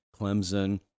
Clemson